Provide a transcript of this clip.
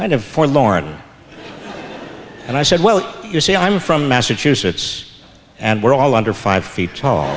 kind of for lauren and i said well you see i'm from massachusetts and we're all under five feet tall